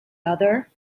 other